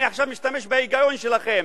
עכשיו אני משתמש בהיגיון שלכם,